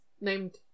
named